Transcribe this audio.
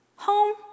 Home